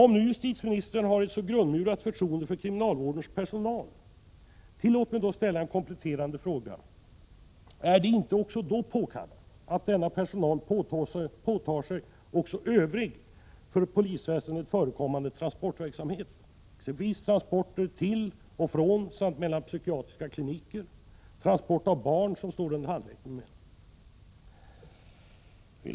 Om nu justitieministern hyser ett så grundmurat förtroende för kriminalvårdens personal, tillåt mig då ställa en kompletterande fråga: Är det inte påkallat att denna personal åtar sig också övrig inom polisväsendet förekommande transportverksamhet, dvs. transporter till och från samt mellan psykiatriska kliniker, transport av barn som står under handräckning, m.m.?